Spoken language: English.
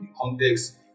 context